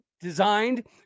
designed